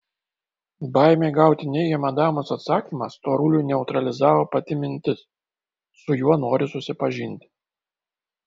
baimė gauti neigiamą damos atsakymą storuliui neutralizavo pati mintis su juo nori susipažinti